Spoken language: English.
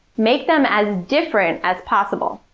make them as different as possible.